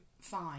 fine